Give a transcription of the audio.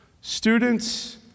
Students